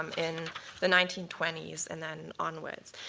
um in the nineteen twenty s, and then onwards.